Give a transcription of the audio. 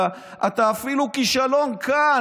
אתה אפילו כישלון כאן,